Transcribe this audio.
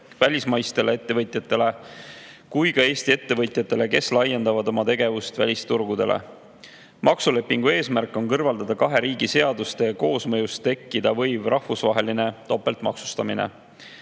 välismaistele ettevõtjatele kui ka Eesti ettevõtjatele, kes laiendavad oma tegevust välisturgudele. Maksulepingu eesmärk on kõrvaldada kahe riigi seaduste koosmõjus tekkida võiv rahvusvaheline topeltmaksustamine.